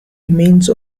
remains